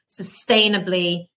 sustainably